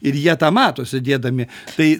ir jie tą mato sėdėdami tai